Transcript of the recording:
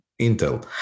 intel